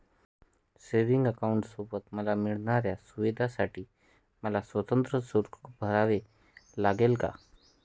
Savings अकाउंटसोबत मला मिळणाऱ्या सुविधांसाठी मला स्वतंत्र शुल्क भरावे लागेल का?